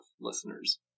listeners